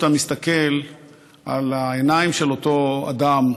כשאתה מסתכל על העיניים של אותו אדם,